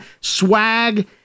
swag